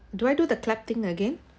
do I do the clap thing again